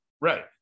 Right